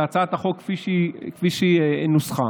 להצעת החוק כפי שהיא נוסחה.